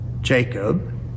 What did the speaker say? Jacob